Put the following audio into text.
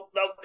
no